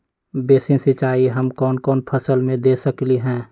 Basin सिंचाई हम कौन कौन फसल में दे सकली हां?